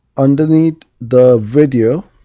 underneath the video